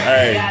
Hey